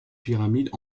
pyramides